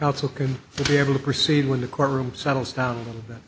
counsel can be able to proceed when the courtroom settles down a little bit